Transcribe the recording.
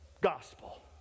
gospel